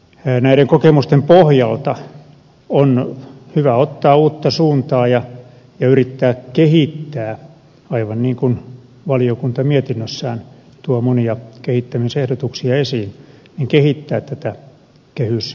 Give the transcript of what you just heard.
näiden kokemusten pohjalta on hyvä ottaa uutta suuntaa ja yrittää kehittää aivan niin kuin valiokunta mietinnössään tuo monia kehittämisehdotuksia esiin tätä kehysmenettelyä